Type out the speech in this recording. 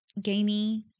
gamey